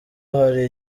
hari